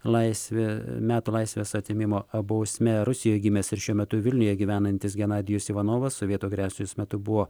laisvė metų laisvės atėmimo bausmė rusijoj gimęs ir šiuo metu vilniuje gyvenantis genadijus ivanovas sovietų agresijos metu buvo